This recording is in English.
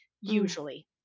usually